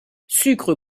sucre